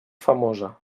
famosa